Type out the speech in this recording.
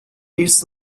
its